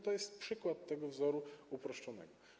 To jest przykład wzoru uproszczonego.